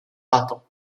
bâton